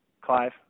Clive